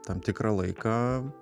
tam tikrą laiką